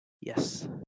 Yes